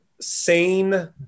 sane